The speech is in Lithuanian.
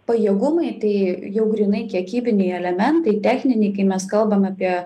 pajėgumai tai jau grynai kiekybiniai elementai techniniai kai mes kalbam apie